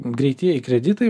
greitieji kreditai